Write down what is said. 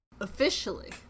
Officially